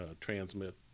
transmit